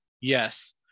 Yes